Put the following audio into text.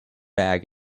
bag